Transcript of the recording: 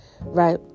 Right